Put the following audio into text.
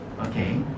Okay